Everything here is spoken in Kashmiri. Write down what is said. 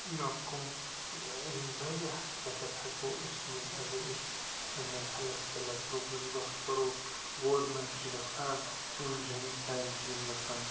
مےٚ کَم وارِیاہ سٮ۪ٹپ ہٮ۪کو أسۍ نِتھ اگر أسۍ اَمے ہٮ۪لٕتھ سٮ۪لٕف گرُپٕچ کَتھ کَرو گورمٮ۪نٛٹ چھِ یژھان یِم زَنہِ سانہِ چھِ یِم گَژھن